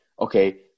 okay